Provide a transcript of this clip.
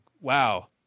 wow